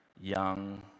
young